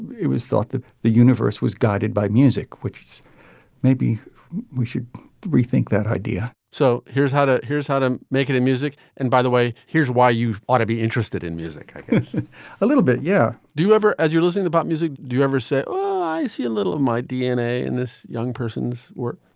it was thought that the universe was guided by music which maybe we should rethink that idea so here's how to here's how to make it in music and by the way here's why you ought to be interested in music a little bit yeah. do you ever as you're listening about music do you ever say oh i see a little of my dna in this young person's work